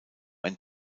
ein